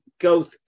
go